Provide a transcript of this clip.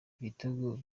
ibitego